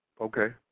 Okay